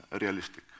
realistic